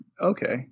okay